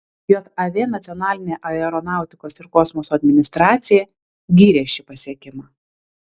jav nacionalinė aeronautikos ir kosmoso administracija gyrė šį pasiekimą